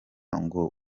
ngo